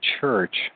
church